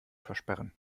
versperren